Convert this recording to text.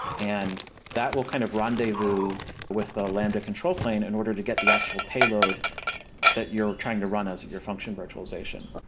and that will kind of rendezvous with the lambda control plane in order to get the actual payload that you're trying to run as your function virtualization.